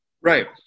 Right